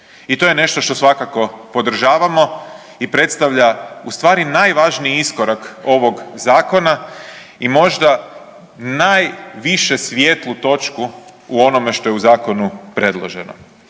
I to je nešto što svakako podržavamo i predstavlja u stvari najvažniji iskorak ovog zakona i možda najviše svijetlu točku u onome što je u zakonu predloženo.